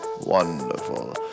Wonderful